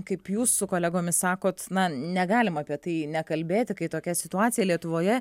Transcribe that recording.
kaip jūs su kolegomis sakot na negalima apie tai nekalbėti kai tokia situacija lietuvoje